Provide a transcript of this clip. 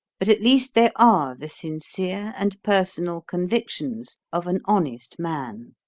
but at least they are the sincere and personal convictions of an honest man,